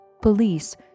Police